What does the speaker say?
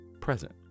present